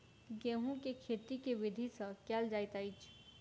गेंहूँ केँ खेती केँ विधि सँ केल जाइत अछि?